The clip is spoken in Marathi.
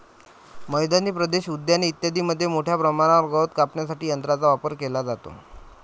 मैदानी प्रदेश, उद्याने इत्यादींमध्ये मोठ्या प्रमाणावर गवत कापण्यासाठी यंत्रांचा वापर केला जातो